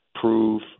prove